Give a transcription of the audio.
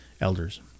elders